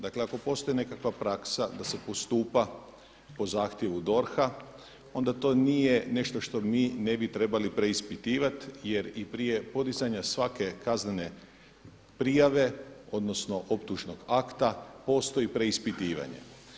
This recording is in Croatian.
Dakle, ako postoji nekakva praksa da se postupa po zahtjevu DORH-a onda to nije nešto što mi ne bi trebali preispitivati, jer i prije podizanja svake kaznene prijave odnosno optužnog akta postoji preispitivanje.